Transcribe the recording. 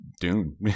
Dune